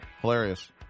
hilarious